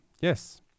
yes